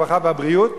הרווחה והבריאות,